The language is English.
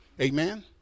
Amen